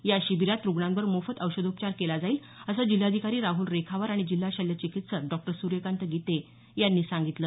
या शिबिरात रुग्णांवर मोफत औषधोपचार केला जाईल असं जिल्हाधिकारी राहूल रेखावार आणि जिल्हा शल्य चिकित्सक डॉ सूर्यकांत गिते यांनी सांगितलं